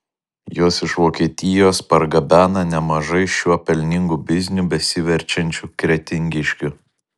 juos iš vokietijos pargabena nemažai šiuo pelningu bizniu besiverčiančių kretingiškių